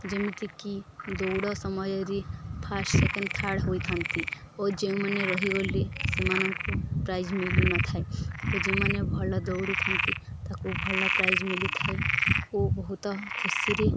ଯେମିତିକି ଦୌଡ଼ ସମୟରେ ଫାଷ୍ଟ୍ ସେକେଣ୍ଡ୍ ଥାର୍ଡ଼୍ ହୋଇଥାନ୍ତି ଓ ଯେଉଁମାନେ ରହିଗଲେ ସେମାନଙ୍କୁ ପ୍ରାଇଜ୍ ମିଳି ନଥାଏ ଓ ଯେଉଁମାନେ ଭଲ ଦୌଡ଼ିଥାନ୍ତି ତାକୁ ଭଲ ପ୍ରାଇଜ୍ ମିଳିଥାଏ ଓ ବହୁତ ଖୁସିରେ